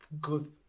good